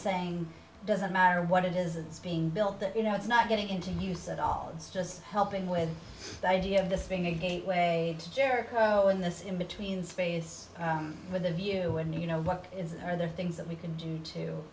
saying doesn't matter what it is it's being built that you know it's not getting to use at all it's just helping with the idea of this being a gateway to share in this in between space with a view and you know what is are there things that we can do to